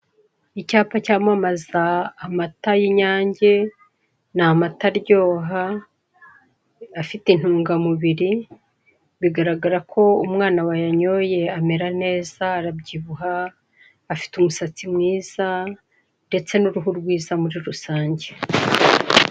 Icyapa cyamamaza amata y'inyange, ni amata aryoha, afite intungamubiri, bigaragara ko umwana wayanyoye amera neza , arabyibuha, afite umusatsi mwiza ndetse n'uruhu rwiza muri rusange.